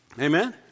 Amen